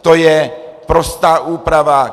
To je prostá úprava.